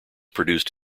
produced